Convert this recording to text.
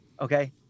Okay